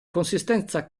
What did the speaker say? consistenza